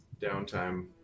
downtime